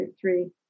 three